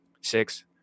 six